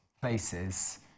places